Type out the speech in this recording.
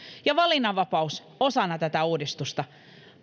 ja valinnanvapaus osana tätä uudistusta